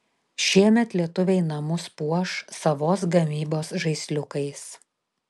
šiemet lietuviai namus puoš savos gamybos žaisliukais